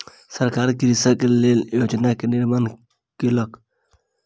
सरकार कृषक के लेल योजना के निर्माण केलक